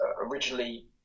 originally